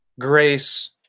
grace